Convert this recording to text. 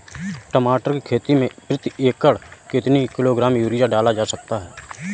टमाटर की खेती में प्रति एकड़ कितनी किलो ग्राम यूरिया डाला जा सकता है?